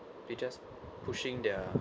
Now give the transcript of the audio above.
they just pushing their